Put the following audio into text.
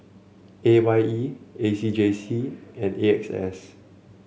A Y E A C J C and A X S